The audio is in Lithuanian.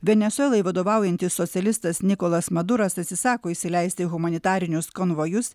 venesuelai vadovaujantis socialistas nikolas maduras atsisako įsileisti humanitarinius konvojus